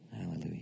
Hallelujah